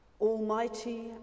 Almighty